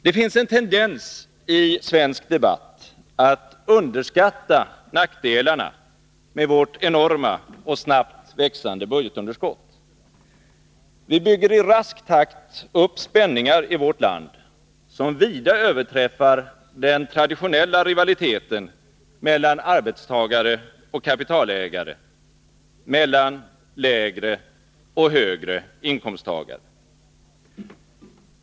Det finns en tendens i svensk debatt att underskatta nackdelarna med vårt enorma och snabbt växande budgetunderskott. Vi bygger i rask takt upp spänningar i vårt land, som vida överträffar den traditionella rivaliteten mellan arbetstagare och kapitalägare, mellan lägre och högre inkomsttagare.